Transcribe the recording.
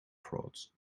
frauds